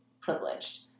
privileged